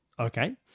Okay